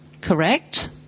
correct